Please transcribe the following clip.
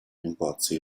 negozi